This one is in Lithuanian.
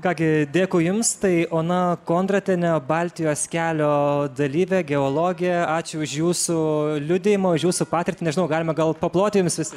ką gi dėkui jums tai ona kondratienė baltijos kelio dalyvė geologė ačiū už jūsų liudijimą už jūsų patirtį nežinau galime gal paploti jums visi